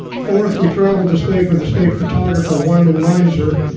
fourth, we traveled the state with a state photographer, wyman meinzer,